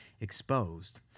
exposed